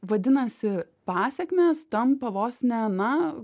vadinasi pasekmės tampa vos ne na